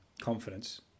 confidence